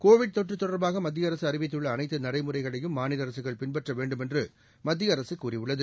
Covid தொற்று தொடர்பாக மத்திய அரசு அறிவித்துள்ள அனைத்து நடைமுறைகளையும் மாநில அரசுகள்பின்பற்ற வேண்டுமென்று மத்திய அரசு கூறியுள்ளது